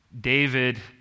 David